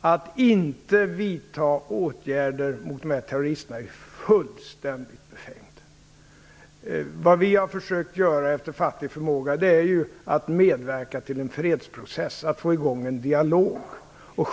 att inte vidta åtgärder mot dessa terrorister är fullständigt befängt. Vad vi efter fattig förmåga har försökt göra, är att medverka till en fredsprocess, till att få i gång en dialog.